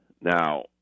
Now